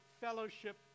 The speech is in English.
fellowship